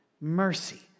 Mercy